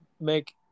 make